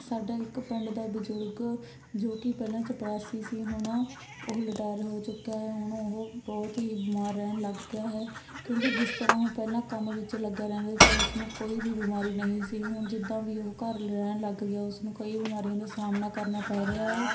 ਸਾਡਾ ਇੱਕ ਪਿੰਡ ਦਾ ਬਜ਼ੁਰਗ ਜੋ ਕਿ ਪਹਿਲਾਂ ਚਪੜਾਸੀ ਸੀ ਹੁਣ ਉਹ ਲਿਟਾਇਰ ਹੋ ਚੁੱਕਿਆ ਹੈ ਹੁਣ ਉਹ ਬਹੁਤ ਹੀ ਬਿਮਾਰ ਰਹਿਣ ਲੱਗ ਗਿਆ ਹੈ ਕਿਉਂਕਿ ਜਿਸ ਤਰ੍ਹਾਂ ਉਹ ਪਹਿਲਾਂ ਕੰਮ ਵਿੱਚ ਲੱਗਿਆ ਰਹਿੰਦਾ ਸੀ ਤਾਂ ਉਸਨੂੰ ਕੋਈ ਵੀ ਬਿਮਾਰੀ ਨਹੀਂ ਸੀ ਹੁਣ ਜਿੱਦਾਂ ਵੀ ਉਹ ਘਰ ਰਹਿਣ ਲੱਗ ਗਿਆ ਉਸ ਨੂੰ ਕਈ ਬਿਮਾਰੀਆਂ ਦਾਂ ਸਾਹਮਣਾ ਕਰਨਾ ਪੈ ਰਿਹਾ ਹੈ